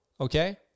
okay